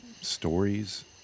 stories